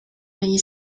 negli